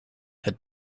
had